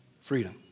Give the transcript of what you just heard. freedom